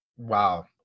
Wow